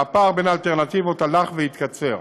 והפער בין האלטרנטיבות הלך והתקצר.